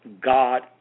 God